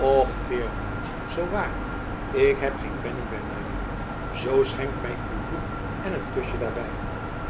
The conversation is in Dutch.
och veerman zoo waar k heb geen penning bij mij zoo schenk mij uw bloem en een kusje daarbij